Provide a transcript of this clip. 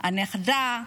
הנכדה,